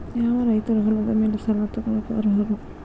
ಯಾವ ರೈತರು ಹೊಲದ ಮೇಲೆ ಸಾಲ ತಗೊಳ್ಳೋಕೆ ಅರ್ಹರು?